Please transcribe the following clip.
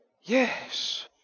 Yes